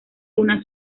una